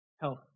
Health